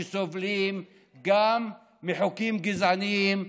שסובלים גם מחוקים גזעניים,